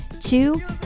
Two